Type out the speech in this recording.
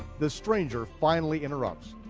the stranger finally interrupts.